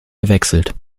gewechselt